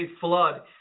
flood